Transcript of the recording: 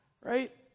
Right